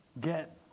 get